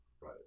right